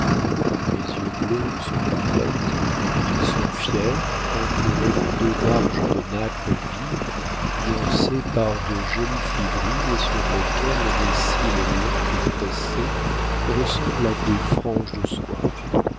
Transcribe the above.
mes yeux bleus ne sont pas bêtes ils sont fiers entourés de deux marges de nacre vive nuancée par de jolies fibrilles et sur lesquelles mes cils longs et pressés ressemblent à des franges de soie